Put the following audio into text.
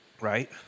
Right